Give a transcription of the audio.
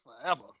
forever